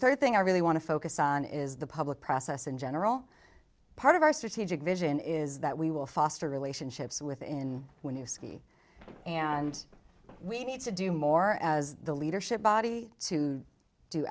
third thing i really want to focus on is the public process in general part of our strategic vision is that we will foster relationships within when you ski and we need to do more as the leadership body to do